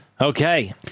Okay